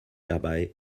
dabei